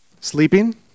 Sleeping